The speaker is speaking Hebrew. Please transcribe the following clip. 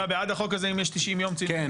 אתה בעד החוק הזה אם יש 90 יום צינון?